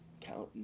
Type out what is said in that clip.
counting